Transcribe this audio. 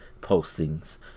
postings